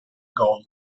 gold